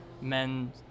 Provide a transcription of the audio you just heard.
men